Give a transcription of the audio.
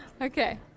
okay